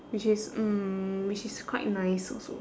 which is mm which is quite nice also